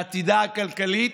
בעתידה הכלכלי,